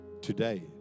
today